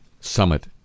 summit